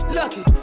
lucky